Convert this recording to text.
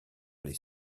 les